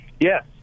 Yes